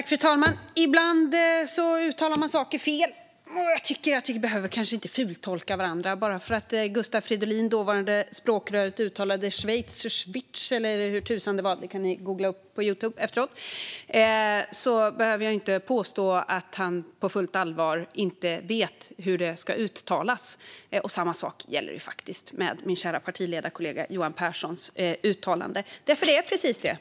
Fru talman! Ibland uttalar man saker fel. Man behöver kanske inte fultolka varandra. Bara för att Gustav Fridolin, det dåvarande språkröret, hade svårt att uttala "Schweiz" - ni får googla och se på Youtube efteråt - behöver jag inte påstå att han på fullt allvar inte vet hur det ska uttalas. Samma sak gäller också min kära partiledarkollega Johan Pehrsons uttalande.